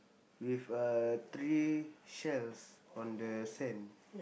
with a three shells on the sand